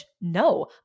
No